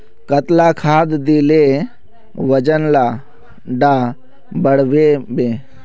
कतला खाद देले वजन डा बढ़बे बे?